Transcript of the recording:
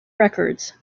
records